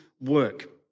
work